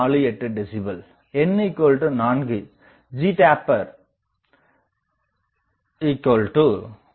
48 decibel n4 ஜிடேப்பர் 9